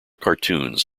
cartoons